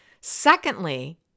Secondly